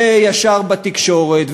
וישר בתקשורת,